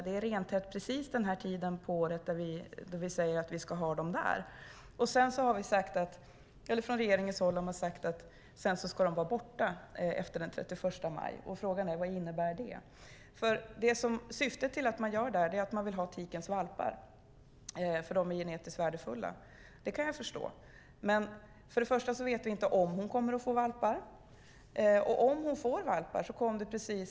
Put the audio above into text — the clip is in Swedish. Det är rentätt precis den här tiden på året då vi säger att vi ska ha dem där. Regeringen har sagt att de ska vara borta efter den 31 maj. Vad innebär det? Syftet med att man gör detta är att man vill ha tikens valpar eftersom de är genetiskt värdefulla. Det kan jag förstå. Men vi vet inte om hon kommer att få valpar, och även om hon skulle få valpar vet vi inte vad som händer.